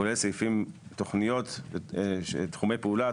כולל סעיפים של תחומי פעולה,